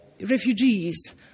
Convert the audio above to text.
refugees